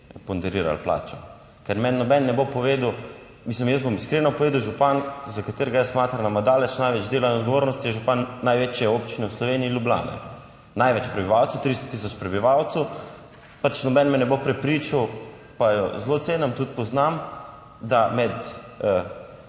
ponderirali plačo, ker meni noben ne bo povedal, mislim, jaz bom iskreno povedal, župan, za katerega jaz smatram, da ima daleč največ dela in odgovornosti, je župan največje občine v Sloveniji, Ljubljane, največ prebivalcev, 300 tisoč prebivalcev, noben me ne bo prepričal pa jo zelo cenim tudi poznam, da med